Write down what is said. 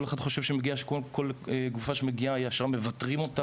כל אחד חושב שכל גופה שמגיעה ישר מבתרים אותה